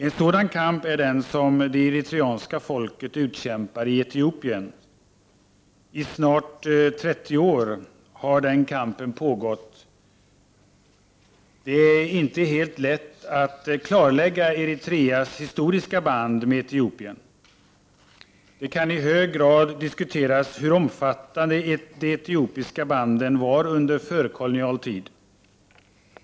En sådan kamp är den som det eritreanska folket utkämpar i Etiopien. I snart 30 år har den kampen pågått. Det är inte helt lätt att klarlägga Eritreas historiska band med Etiopien. Det kan i hög grad diskuteras hur omfattande de etiopiska banden var under förkolonial tid.